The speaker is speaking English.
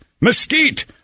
Mesquite